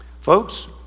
folks